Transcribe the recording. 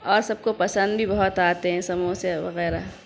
اور سب کو پسند بھی بہت آتے ہیں سموسے وغیرہ